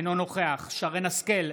אינו נוכח שרן מרים השכל,